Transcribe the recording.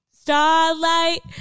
Starlight